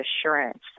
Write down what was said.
assurance